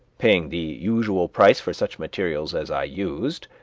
paying the usual price for such materials as i used,